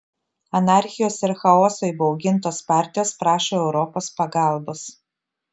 anarchijos ir chaoso įbaugintos partijos prašo europos pagalbos